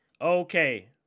Okay